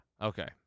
Okay